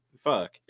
Fuck